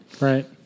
Right